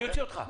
אני אוציא אותך.